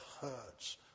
hurts